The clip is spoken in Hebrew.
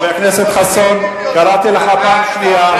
חבר הכנסת חסון, קראתי אותך פעם שנייה.